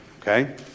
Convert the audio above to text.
Okay